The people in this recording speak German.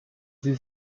sie